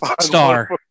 star